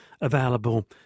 available